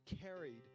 carried